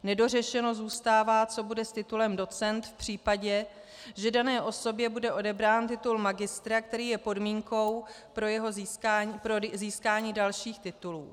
Nedořešeno zůstává, co bude s titulem docent v případě, že dané osobě bude odebrán titul magistra, který je podmínkou pro získání dalších titulů.